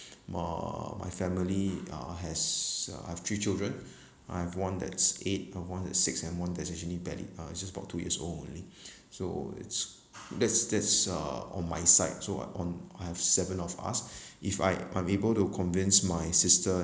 uh my family uh has uh I've three children I have one that's eight one six and one that's actually barely uh just about two years old only so it's that's that's uh on my side so um I have seven of us if I I'm able to convince my sister